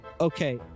Okay